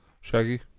Shaggy